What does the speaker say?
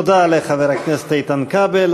תודה לחבר הכנסת איתן כבל.